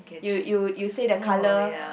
you you you say the color